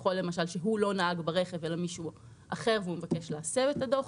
אם הוא לא נהג ברכב אלא מישהו אחר והוא מבקש להסב את הדוח.